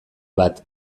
bat